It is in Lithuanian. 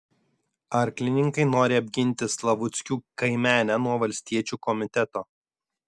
arklininkai nori apginti slavuckių kaimenę nuo valstiečių komiteto